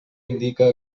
indica